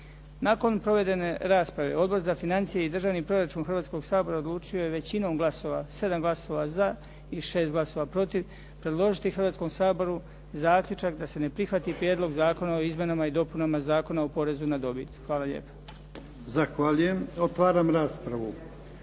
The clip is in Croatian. Nakon provedene rasprave, Odbor za financije i državni proračun Hrvatskoga sabora odlučio je većinom glasova, 7 glasa za i 6 glasova protiv, predložiti Hrvatskom saboru zaključak da se ne prihvati Prijedlog zakona o Izmjenama i dopunama Zakona o porezu na dobit. Hvala lijepo. **Jarnjak, Ivan (HDZ)**